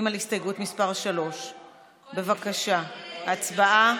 יבגני סובה,